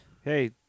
Hey